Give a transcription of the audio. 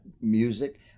music